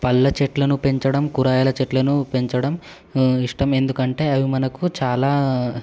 పళ్ళ చెట్లను పెంచడం కూరగాయల చెట్లను పెంచడం ఇష్టం ఎందుకంటే అవి మనకు చాలా